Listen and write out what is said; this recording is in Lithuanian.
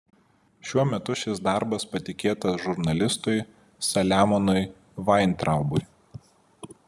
šiuo metu šis darbas patikėtas žurnalistui saliamonui vaintraubui